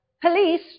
police